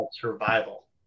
survival